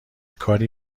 کاری